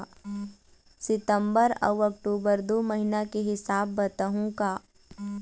सितंबर अऊ अक्टूबर दू महीना के हिसाब बताहुं का?